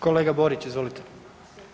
Kolega Borić, izvolite.